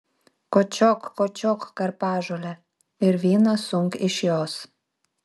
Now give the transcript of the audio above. kočiok kočiok karpažolę ir vyną sunk iš jos